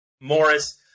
Morris –